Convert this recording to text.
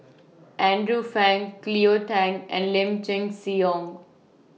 Andrew Phang Cleo Thang and Lim Chin Siong